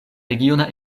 regiona